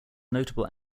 notable